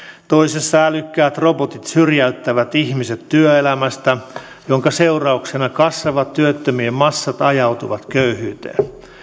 toisessa älykkäät robotit syrjäyttävät ihmiset työelämästä minkä seurauksena kasvavat työttömien massat ajautuvat köyhyyteen